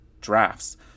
drafts